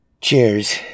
Cheers